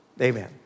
Amen